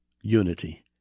unity